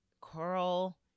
Coral